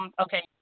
Okay